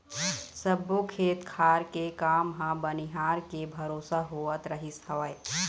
सब्बो खेत खार के काम ह बनिहार के भरोसा होवत रहिस हवय